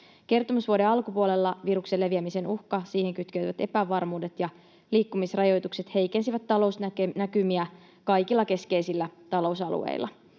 Kertomusvuoden alkupuolella viruksen leviämisen uhka, siihen kytkeytyvät epävarmuudet ja liikkumisrajoitukset heikensivät talousnäkymiä kaikilla keskeisillä talousalueilla.